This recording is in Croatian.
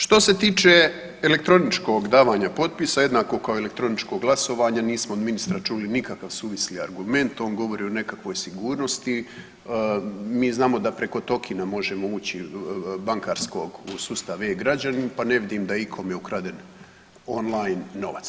Što se tiče elektroničkog davanja potpisa jedno kao i elektroničko glasovanje, nismo od ministra čuli nikakav suvisli argument, on govori o nekakvoj sigurnosti, mi znamo da preko tokena možemo ući u bankarstvo, u sustav E-građani pa ne vidim da je ikome ukraden online novac.